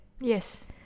Yes